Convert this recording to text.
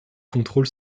contrôle